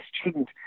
student